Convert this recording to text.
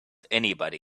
anybody